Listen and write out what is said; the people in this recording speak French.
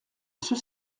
ceux